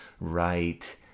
right